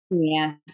Yes